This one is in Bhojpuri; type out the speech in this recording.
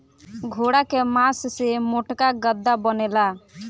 घोड़ा के मास से मोटका गद्दा बनेला